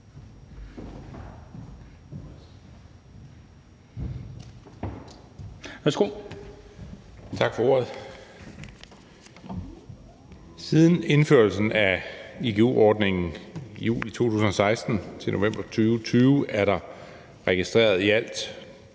Siden indførelsen af igu-ordningen i juli 2016 og frem til november 2020 er der registreret i alt